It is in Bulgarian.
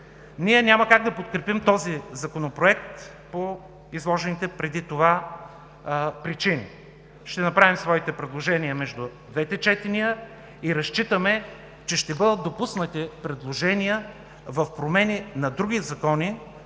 няма как да подкрепим този Законопроект по изложените преди това причини. Ще направим своите предложения между двете четения и разчитаме, че ще бъдат допуснати предложения за промени в други закони,